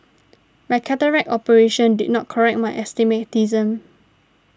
my cataract operation did not correct my astigmatism